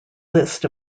list